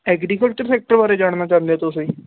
agriculture sector ਬਾਰੇ ਜਾਣਨਾ ਚਾਹੁੰਦੇ ਹੋ ਤੁਸੀਂ